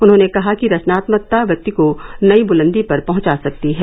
उन्होंने कहा कि रचनात्मकता व्यक्ति को नई बुलंदी पर पहुंचा सकती है